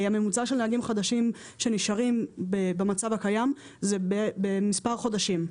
הממוצע של נהגים חדשים שנשארים במצב הקיים הוא במספר חודשים.